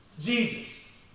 Jesus